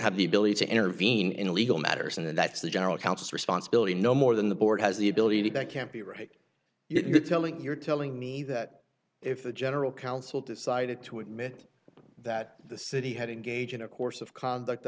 have the ability to intervene in a legal matters and that's the general counsel responsibility no more than the board has the ability to that can't be right you're telling you're telling me that if the general counsel decided to admit that the city had engaged in a course of conduct